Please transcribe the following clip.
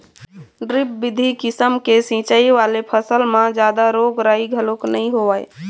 drip बिधि किसम के सिंचई वाले फसल म जादा रोग राई घलोक नइ होवय